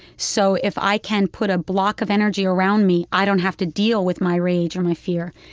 so if i can put a block of energy around me, i don't have to deal with my rage or my fear.